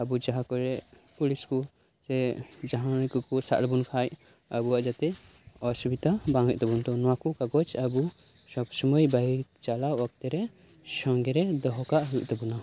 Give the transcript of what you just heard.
ᱟᱵᱩ ᱡᱟᱦᱟᱸᱠᱚᱨᱮ ᱯᱩᱞᱤᱥᱠᱩ ᱥᱮ ᱡᱟᱦᱟᱸᱭ ᱠᱩᱠᱩ ᱥᱟᱵ ᱞᱮᱵᱩᱱ ᱠᱷᱟᱡ ᱟᱵᱩᱣᱟᱜ ᱡᱟᱛᱮ ᱚᱥᱩᱵᱤᱫᱷᱟ ᱵᱟᱝ ᱦᱩᱭᱩᱜ ᱛᱟᱵᱩᱱ ᱱᱚᱣᱟᱠᱩ ᱠᱟᱜᱚᱡ ᱟᱹᱵᱩ ᱥᱚᱵ ᱥᱩᱢᱟᱹᱭ ᱵᱟᱭᱤᱠ ᱪᱟᱞᱟᱣ ᱚᱠᱛᱮ ᱨᱮ ᱥᱚᱸᱜᱮ ᱨᱮ ᱫᱚᱦᱚᱠᱟᱜ ᱦᱩᱭᱩᱜ ᱛᱟᱵᱩᱱᱟ